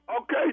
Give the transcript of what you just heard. Okay